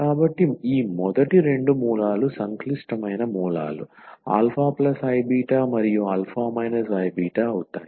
కాబట్టి ఈ మొదటి రెండు మూలాలు సంక్లిష్టమైన మూలాలు αiβ మరియు α iβఅవుతాయి